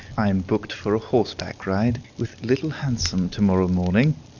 i am booked for a horseback ride with little handsome to-morrow morning.